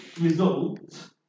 result